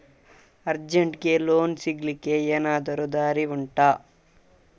ಅರ್ಜೆಂಟ್ಗೆ ಲೋನ್ ಸಿಗ್ಲಿಕ್ಕೆ ಎನಾದರೂ ದಾರಿ ಉಂಟಾ